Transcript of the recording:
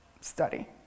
study